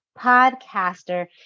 podcaster